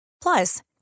Plus